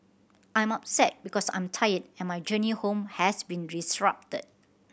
I'm upset because I'm tired and my journey home has been disrupted